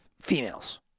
females